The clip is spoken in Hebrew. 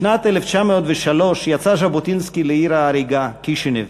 בשנת 1903 יצא ז'בוטינסקי לעיר ההרגה קישינב